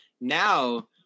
Now